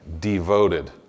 devoted